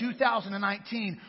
2019